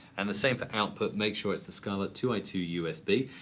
and the same for output make sure it's the scarlett two i two usb.